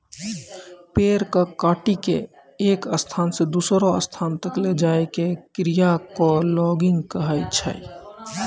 पेड़ कॅ काटिकॅ एक स्थान स दूसरो स्थान तक लै जाय के क्रिया कॅ लॉगिंग कहै छै